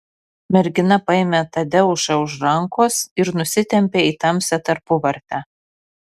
mergina paėmė tadeušą už rankos ir nusitempė į tamsią tarpuvartę